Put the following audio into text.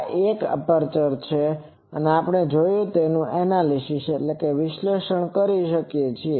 આ એક એપર્ચર છે અને આપણે તેનું એનાલિસીસanalyze વિશ્લેષણ કરી શકીએ છીએ